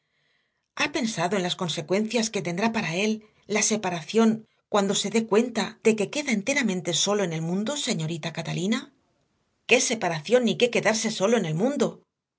ha pensado en las consecuencias que tendrá para él la separación cuando se dé cuenta de que queda enteramente solo en el mundo señorita catalina qué separación ni qué quedarse solo en el mundo